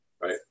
right